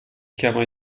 chiama